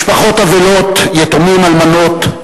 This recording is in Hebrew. משפחות אבלות, יתומים, אלמנות,